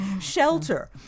Shelter